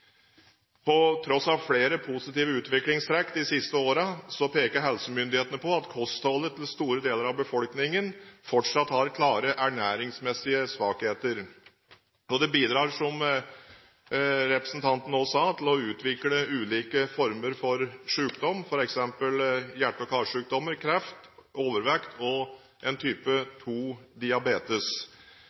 På tross av flere positive utviklingstrekk de siste årene peker helsemyndighetene på at kostholdet til store deler av befolkningen fortsatt har klare ernæringsmessige svakheter. Det bidrar, som representanten sa, til å utvikle ulike former for sykdom, f.eks. hjerte- og karsykdommer, kreft, overvekt og type